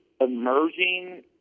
emerging